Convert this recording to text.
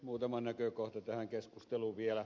muutama näkökohta tähän keskusteluun vielä